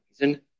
reason